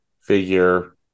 figure